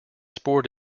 sport